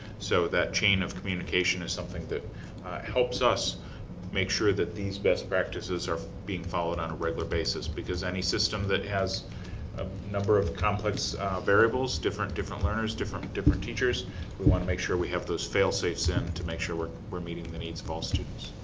so that chain of communication is something that helps us make sure that these best practices are being followed on a regular basis, because any system that has a number of complex variables, different different learners, different different teachers, we want to make sure we have those fail safes in to make sure we're we're meeting the needs of all students.